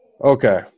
Okay